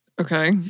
Okay